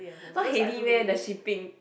not heavy meh the shipping